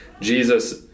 Jesus